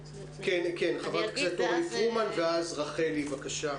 חברת הכנסת אורלי פרומן, בבקשה.